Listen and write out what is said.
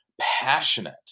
passionate